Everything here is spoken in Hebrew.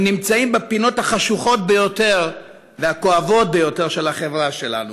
הם נמצאים בפינות החשוכות ביותר והכואבות ביותר של החברה שלנו,